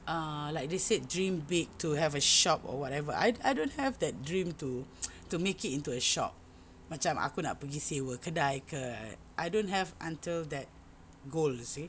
ah like they said dream big to have a shop or whatever I don't have that dream to to make it into a shop macam aku nak pergi sewa kedai ke I don't have until that goals you see